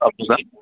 हां बोला